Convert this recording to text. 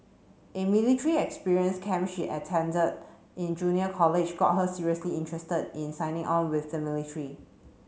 a military experience camp she attended in junior college got her seriously interested in signing on with the military